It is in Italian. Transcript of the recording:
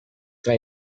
tra